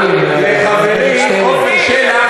"פני יהושע"